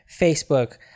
facebook